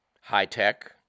high-tech